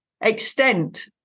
extent